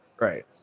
Right